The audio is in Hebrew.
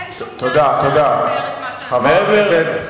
אין שום דרך אחרת לתאר את זה.